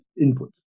input